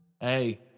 Hey